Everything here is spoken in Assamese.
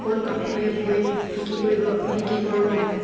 সকলো কাপোৰে বৈ বিক্ৰী কৰিব বিক্ৰী কৰোঁ